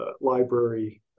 library